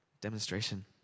demonstration